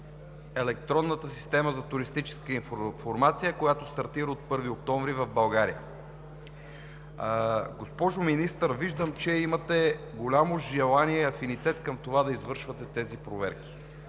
Електронната система за туристическа информация, която стартира от 1 октомври в България. Госпожо Министър, виждам, че имате голямо желание и афинитет към това да извършвате тези проверки.